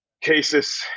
Cases